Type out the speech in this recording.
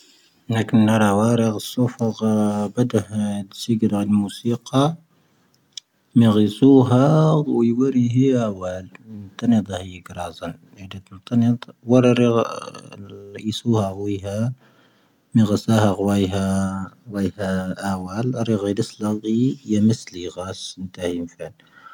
ⵏⴰⴽⴰ ⵏⴰⵔⴰ ⵡⴰⵔⴰⴳ ⵙoⴼⴰ ⴳⵀⴰ ⴱⴰⴷⴰⵀⴰ ⵏⵙⵉⴳⵉⵔⴰ ⴰⵍ ⵎⵓⵙⵉⵇⴰ. ⵎⴻ ⴳⵉⵣⵓⵀⴰ ⵔⵡ ⵉⵡⴰⵔⵉ ⵀⵉ ⴰⵡⴰⵍ. ⵜⴰⵏⴰⴷⴰ ⵀⵉⵉ ⴳⵔⴰⵣⴰ ⵏⴰⴷⴻ ⴷⵓⵜⴰⵏⴰⴷⴰ. ⵡⴰⵔⴰⵔⵉ ⵉⵙⵓⵀⴰ ⵡⴻⵀⴰ. ⵎⴻ ⴳⵉⵣⴰⵀⴰⴳ ⵡⴻⵀⴰ ⴰⵡⴰⵍ. ⵔⵡ ⴳⵉⵣⵍⴰⴳ ⵉⵢⴻⵎⵉⵙ ⵍⵉ ⴳⴰⵙ ⵏⵜⴰ ⵀⵉⵎⴼⴰⵏⴻ.